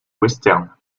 western